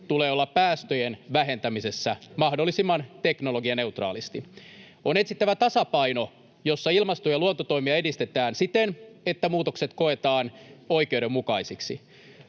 tulee olla päästöjen vähentämisessä mahdollisimman teknologianeutraalisti. On etsittävä tasapaino, jossa ilmasto- ja luontotoimia edistetään siten, että muutokset koetaan oikeudenmukaisiksi.